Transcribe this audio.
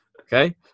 Okay